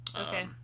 Okay